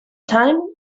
time